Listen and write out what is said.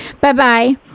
Bye-bye